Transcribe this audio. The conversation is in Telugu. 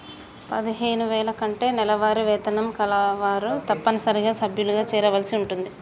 పదిహేను వేల కంటే నెలవారీ వేతనం కలవారు తప్పనిసరిగా సభ్యులుగా చేరవలసి ఉంటుంది